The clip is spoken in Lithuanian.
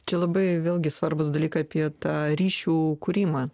čia labai vėlgi svarbūs dalykai apie tą ryšių kūrimą